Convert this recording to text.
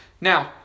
Now